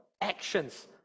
actions